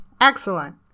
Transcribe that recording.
Excellent